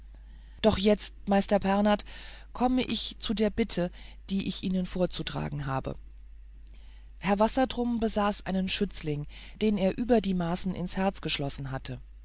doch jetzt meister pernath komme ich zu der bitte die ich ihnen vorzutragen habe herr wassertrum besaß einen schützling den er über die maßen ins herz geschlossen hatte